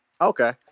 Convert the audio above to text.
Okay